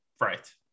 right